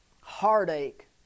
heartache